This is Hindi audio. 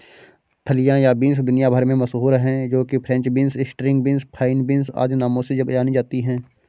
फलियां या बींस दुनिया भर में मशहूर है जो कि French beans, string beans, fine beans आदि नामों से जानी जाती है